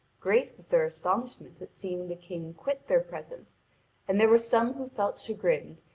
great was their astonishment at seeing the king quit their presence and there were some who felt chagrined,